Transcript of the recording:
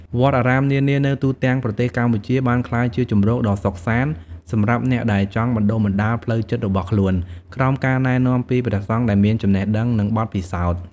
វត្តអារាមនានានៅទូទាំងប្រទេសកម្ពុជាបានក្លាយជាជម្រកដ៏សុខសាន្តសម្រាប់អ្នកដែលចង់បណ្តុះបណ្តាលផ្លូវចិត្តរបស់ខ្លួន ក្រោមការណែនាំពីព្រះសង្ឃដែលមានចំណេះដឹងនិងបទពិសោធន៍។